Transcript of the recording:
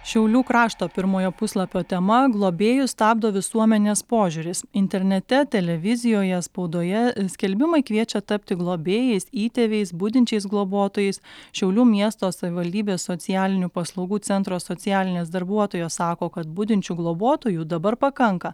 šiaulių krašto pirmojo puslapio tema globėjus stabdo visuomenės požiūris internete televizijoje spaudoje skelbimai kviečia tapti globėjais įtėviais budinčiais globotojais šiaulių miesto savivaldybės socialinių paslaugų centro socialinės darbuotojos sako kad budinčių globotojų dabar pakanka